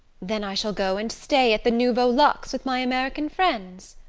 then i shall go and stay at the nouveau luxe with my american friends.